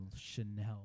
Chanel